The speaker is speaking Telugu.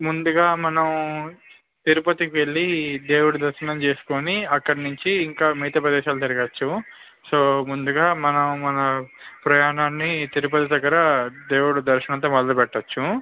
ముందుగా మనం తిరుపతికి వెళ్ళి దేవుడి దర్శనం చేసుకుని అక్కడ నుంచి ఇంకా మిగతా ప్రదేశాలు తిరగవచ్చు సో ముందుగా మనం మన ప్రయాణాన్ని తిరుపతి దగ్గర దేవుడి దర్శనంతో మొదలు పెట్టవచ్చు